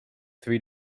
three